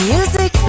Music